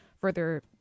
further